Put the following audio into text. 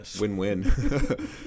Win-win